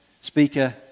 speaker